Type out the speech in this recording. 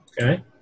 Okay